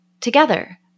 together